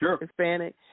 Hispanic